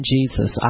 Jesus